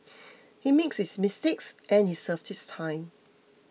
he made his mistakes and he served his time